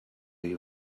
you